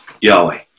Yahweh